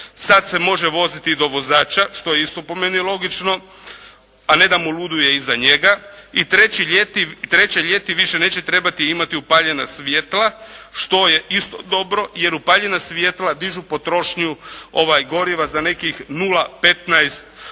sad se može voziti do vozača, što je isto po meni logično, a ne da mu luduje iza njega. I treće, ljeti više neće trebati imati upaljena svjetla, što je isto dobro jer upaljena svjetla dižu potrošnju goriva za nekih 0,15%, a